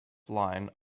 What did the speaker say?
line